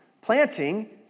planting